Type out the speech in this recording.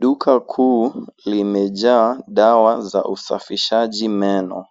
Duka kuu limejaa dawa za usafishaji meno.